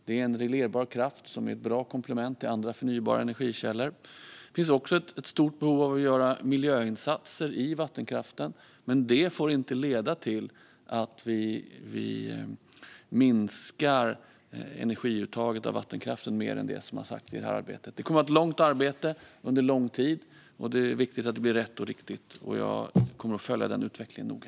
Det är en reglerbar kraft som är ett bra komplement till andra förnybara energikällor. Det finns också ett stort behov av att göra miljöinsatser i vattenkraften, men det får inte leda till att vi minskar energiuttaget av vattenkraften mer än det som har sagts i det här arbetet. Arbetet kommer att pågå under lång tid, och det är viktigt att det blir rätt och riktigt. Jag kommer att följa den utvecklingen noga.